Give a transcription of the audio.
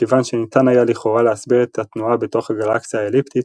מכיוון שניתן היה לכאורה להסביר את התנועה בתוך הגלקסיה האליפטית,